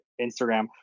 Instagram